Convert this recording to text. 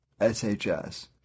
SHS